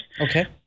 Okay